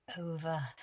over